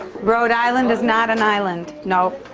rhode island is not an island, nope.